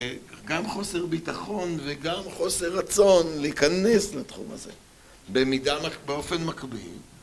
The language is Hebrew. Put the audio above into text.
גם חוסר ביטחון וגם חוסר רצון להיכנס לתחום הזה במידה, באופן מקביל